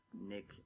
nick